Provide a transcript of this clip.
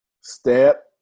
step